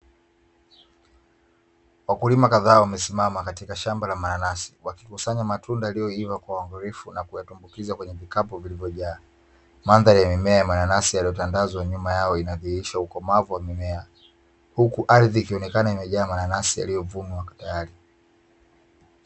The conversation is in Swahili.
Wakulima kadhaa wamesimama katika shamba la mananasi